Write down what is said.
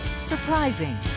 Surprising